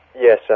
Yes